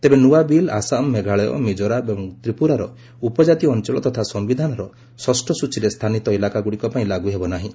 ତେବେ ନୂଆ ବିଲ୍ ଆସାମ ମେଘାଳୟ ମିକୋରାମ ଏବଂ ତ୍ରିପୁରାର ଉପଜାତି ଅଞ୍ଚଳ ତଥା ସମ୍ଭିଧାନର ଷଷ୍ଠ ସୂଚୀରେ ସ୍ଥାନୀତ ଇଲାକାଗୁଡ଼ିକ ପାଇଁ ଲାଗୁ ହେବ ନାହିଁ